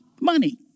money